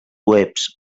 webs